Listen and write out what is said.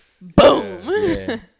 boom